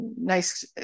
nice